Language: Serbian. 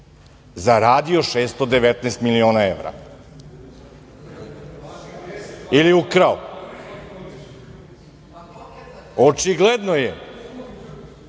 zaradio 619 miliona evra, ili ukrao. Očigledno je